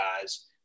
guys